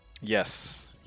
yes